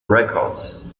records